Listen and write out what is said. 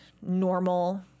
normal